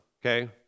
okay